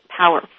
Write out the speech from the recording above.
power